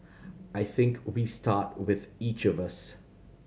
I think we start with each of us